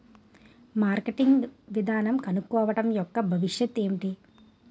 Marketing విధానం కనుక్కోవడం యెక్క భవిష్యత్ ఏంటి?